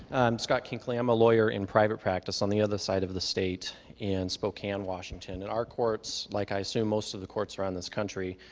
i'm scott kinkley. i'm a lawyer in private practice on the other side of the state in and spokane, washington, and our courts, like i assume most of the courts around this country,